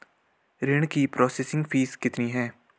ऋण की processing fee कितनी है?